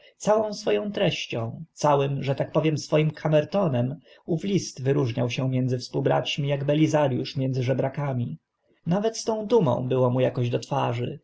całą swo ą treścią całym że tak powiem swoim kamertonem ów list wyróżniał się między współbraćmi ak belizariusz między żebraka duma mi nawet z tą dumą było mu akoś do twarzy